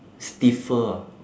stiffer ah